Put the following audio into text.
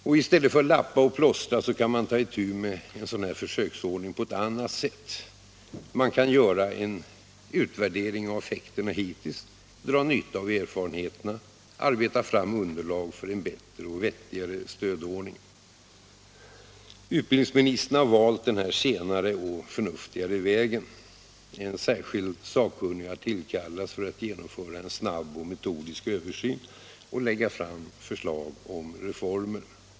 I stället för att lappa och plåstra kan man ta itu med denna försöksordning på ett annat sätt. Man kan genomföra en utvärdering av effekterna hittills, dra nytta av erfarenheterna, arbeta fram underlag för en bättre och vettigare stödordning. Utbildningsministern har valt denna senare och förnuftigare väg. En särskild sakkunnig har tillkallats för att genomföra en snabb och metodisk översyn och lägga fram förslag om reformer.